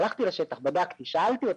הלכתי לשטח, בדקתי, שאלתי אותם,